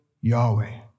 Yahweh